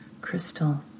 crystal